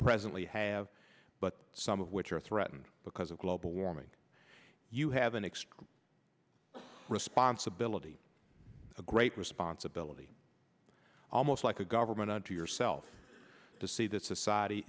presently have but some of which are threatened because of global warming you have an extra responsibility a great responsibility almost like a government unto yourself to see that society